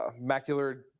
macular